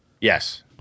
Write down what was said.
Yes